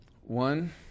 One